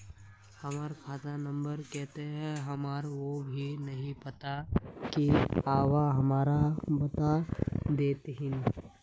हमर खाता नम्बर केते है हमरा वो भी नहीं पता की आहाँ हमरा बता देतहिन?